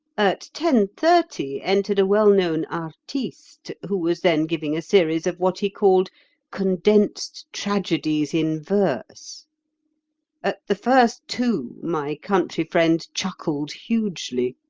at ten-thirty entered a well-known artiste who was then giving a series of what he called condensed tragedies in verse at the first two my country friend chuckled hugely.